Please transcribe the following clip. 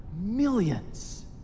millions